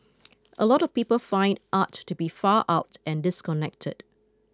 a lot of people find art to be far out and disconnected